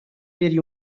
بری